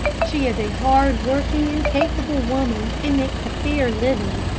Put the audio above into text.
she is a hard-working and capable woman, and makes a fair living.